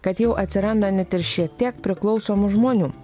kad jau atsiranda net ir šiek tiek priklausomų žmonių